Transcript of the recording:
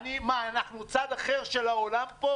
אנחנו צד אחר של העולם פה?